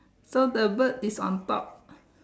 so the bird is on top